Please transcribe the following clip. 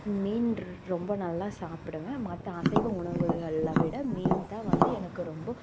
மீன் ரொம்ப நல்லா சாப்பிடுவேன் மற்ற அசைவ உணவுகளை விட மீன் தான் வந்து எனக்கு ரொம்ப